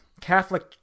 catholic